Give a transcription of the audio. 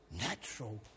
natural